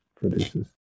produces